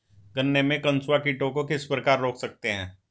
गन्ने में कंसुआ कीटों को किस प्रकार रोक सकते हैं?